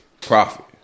profit